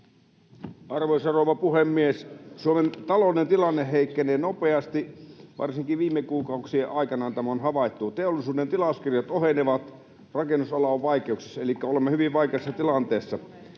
Arvoisa rouva puhemies! Suomen talouden tilanne heikkenee nopeasti. Varsinkin viime kuukausien aikana tämä on havaittu. Teollisuuden tilauskirjat ohenevat, rakennusala on vaikeuksissa, elikkä olemme hyvin vaikeassa tilanteessa.